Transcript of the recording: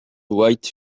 white